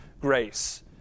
grace